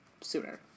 sooner